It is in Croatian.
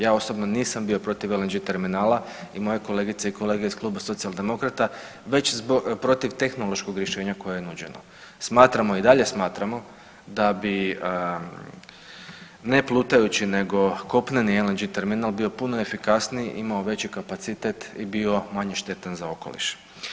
Ja osobno nisam bio protiv LNG terminala i moje kolegice i kolege iz kluba Socijaldemokrata već protiv tehnološkog rješenja koje je nuđeno, smatramo i dalje smatramo da bi ne plutajući nego kopneni LNG terminal bio puno efikasniji, imao veći kapacitet i bio manje štetan za okoliš.